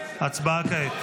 הצבעה כעת.